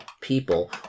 people